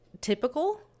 typical